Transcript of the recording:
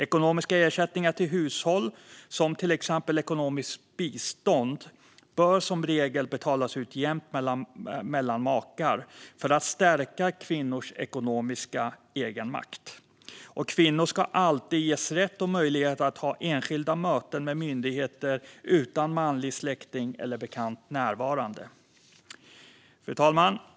Ekonomiska ersättningar till hushåll, till exempel ekonomiskt bistånd, bör som regel betalas ut jämnt mellan makar för att stärka kvinnors ekonomiska egenmakt. Kvinnor ska också alltid ges rätt och möjlighet att ha enskilda möten med myndigheter utan manlig släkting eller bekant närvarande. Fru talman!